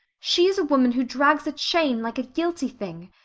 she is a woman who drags a chain like a guilty thing.